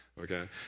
okay